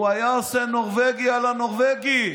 הוא היה עושה נורבגי על הנורבגי,